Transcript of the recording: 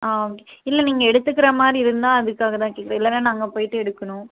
ஆ okay இல்லை நீங்கள் எடுத்துக்குறமாதிரி இருந்தா அதுக்காக தான் கேக்கறன் இல்லைனா நாங்கள் போய்விட்டு எடுக்கணும்